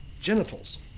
genitals